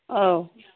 औ